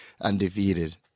Undefeated